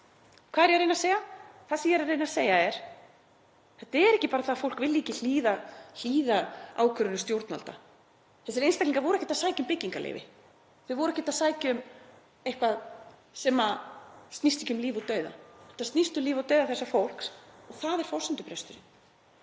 Hvað er ég að reyna að segja? Það sem ég er að reyna að segja er: Þetta er ekki bara það að fólk vilji ekki hlýða ákvörðunum stjórnvalda. Þessir einstaklingar voru ekki að sækja um byggingarleyfi, voru ekki að sækja um eitthvað sem snýst ekki um líf og dauða. Þetta snýst um líf og dauða þessa fólks. Það er forsendubresturinn.